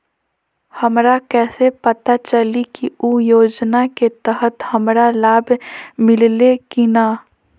हमरा कैसे पता चली की उ योजना के तहत हमरा लाभ मिल्ले की न?